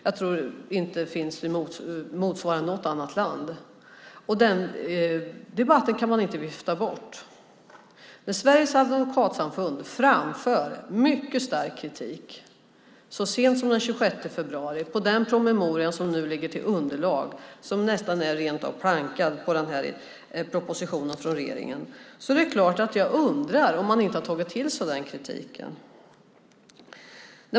Jag tror inte att motsvarigheten finns i något annat land. Den debatten kan man inte bara vifta bort. Sveriges advokatsamfund framför så sent som den 26 februari mycket stark kritik mot den promemoria som nu ligger till underlag för och nästan är plankad i propositionen från regeringen. Det är klart att jag då undrar om man inte har tagit till sig kritiken.